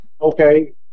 Okay